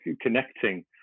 connecting